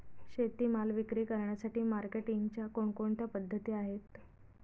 शेतीमाल विक्री करण्यासाठी मार्केटिंगच्या कोणकोणत्या पद्धती आहेत?